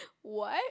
what